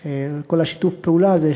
על כל שיתוף הפעולה הזה,